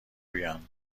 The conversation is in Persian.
بیان